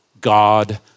God